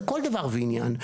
לכל דבר ועניין,